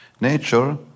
nature